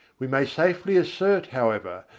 we may safely assert, however,